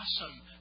awesome